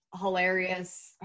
hilarious